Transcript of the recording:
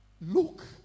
Look